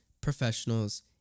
professionals